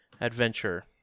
adventure